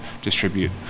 distribute